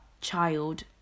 child